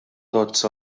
tots